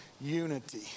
unity